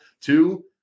to-